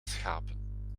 schapen